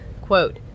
quote